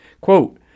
Quote